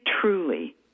truly